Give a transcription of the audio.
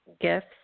gifts